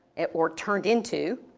or turned into,